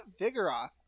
Vigoroth